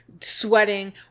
sweating